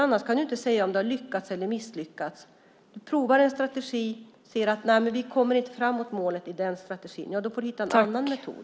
Annars kan vi inte säga om vi har lyckats eller misslyckats. Vi provar en strategi och ser att vi inte kommer fram till målet med den strategin. Då får vi ta till en annan metod.